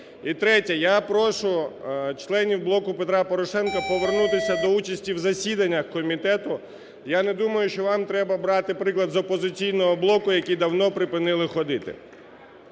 І третє. Я прошу членів "Блоку Петра Порошенка" повернутися до участі в засіданнях комітету. Я не думаю, що вам треба брати приклад з "Опозиційного блоку", який давно припинив ходити.